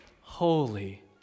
holy